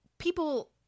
People